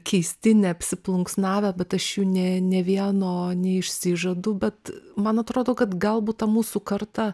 keisti neapsiplunksnavę bet aš jų ne ne vieno neišsižadu bet man atrodo kad galbūt ta mūsų karta